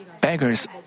beggars